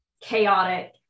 chaotic